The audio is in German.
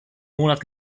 monat